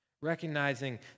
recognizing